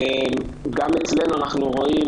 גם אצלנו אנחנו רואים